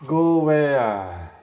go where ah